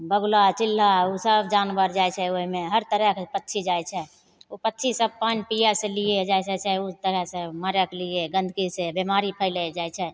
बगुला चिल्हा ओसब जानवर जाइ छै ओहिमे हर तरहके पक्षी जाइ छै ओ पक्षीसभ पानि पिए से लिए जाइ छै ओ तकरासे मरैके लिए गन्दगीसे बेमारी फैलि जाइ छै